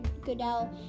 Goodell